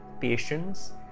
Patience